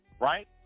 right